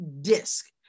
DISC